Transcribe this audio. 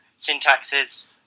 syntaxes